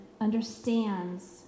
understands